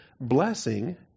blessing